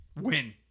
win